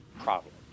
problems